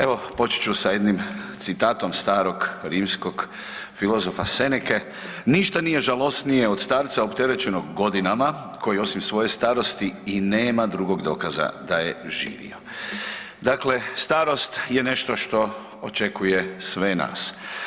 Evo počet ću sa jednim citatom starog rimskog filozofa Seneke „Ništa nije žalosnije od starca opterećenog godinama koji osim svoje starosti i nema drugog dokaza da je živio“, Dakle, starost je nešto što očekuje sve nas.